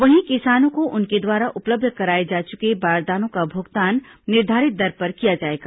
वहीं किसानों को उनके द्वारा उपलब्ध कराए जा चुके बारदानों का भुगतान निर्धारित दर पर किया जाएगा